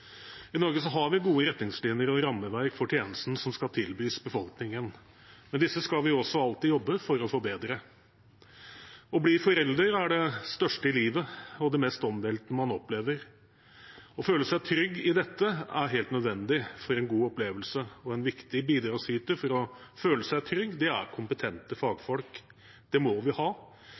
rammeverk for tjenesten som skal tilbys befolkningen, men disse skal vi også alltid jobbe for å forbedre. Å bli foreldre er det største i livet og det mest omveltende man opplever. Å føle seg trygg i dette er helt nødvendig for en god opplevelse, og en viktig bidragsyter for å føle seg trygg er kompetente fagfolk. Det må vi ha